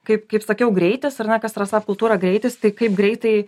kaip kaip sakiau greitis ar ne kas yra sap kultūra greitis tai kaip greitai